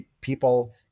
people